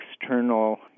external